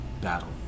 battle